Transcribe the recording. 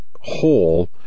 whole